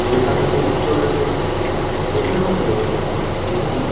যেখানেতে উত্তরেতে বেশিরভাগ লোক রুটি